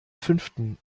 fünften